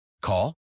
Call